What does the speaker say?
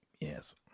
yes